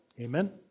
Amen